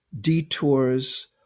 detours